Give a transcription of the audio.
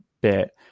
bit